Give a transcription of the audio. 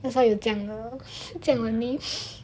that's why 有这样的 name